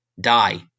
die